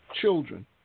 children